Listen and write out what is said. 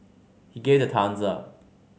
he gave the thumbs up